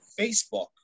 facebook